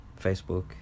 Facebook